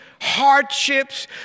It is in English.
Hardships